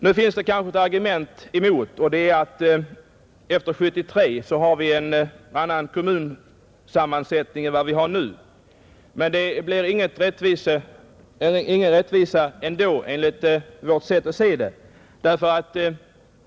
Nu finns det kanske ett motargument, och det är att vi efter 1973 har en annan kommunsammansättning än vad vi har nu, Men det blir ingen rättvisa ändå enligt vårt sätt att se.